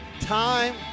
time